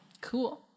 Cool